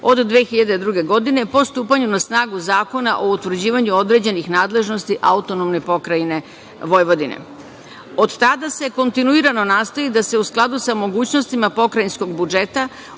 od 2002. godine, po stupanju na snagu Zakona o utvrđivanju određenih nadležnosti AP Vojvodine. Od tada se kontinuirano nastoji da se u skladu sa mogućnostima pokrajinskog budžeta